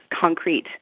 concrete